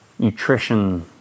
nutrition